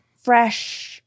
fresh